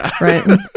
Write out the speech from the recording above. right